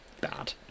bad